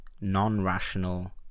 non-rational